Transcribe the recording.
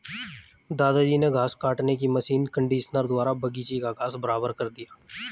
दादाजी ने घास काटने की मशीन कंडीशनर द्वारा बगीची का घास बराबर कर दिया